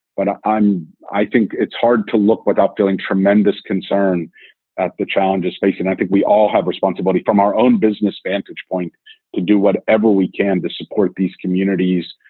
but i'm i think it's hard to look without feeling tremendous concern at the challenges facing. i think we all have responsibility from our own business vantage point to do whatever we can to support these communities,